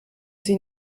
sie